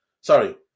Sorry